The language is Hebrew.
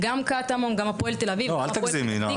המערכת כל-כך ייאשה אותן.